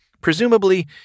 Presumably